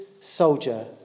soldier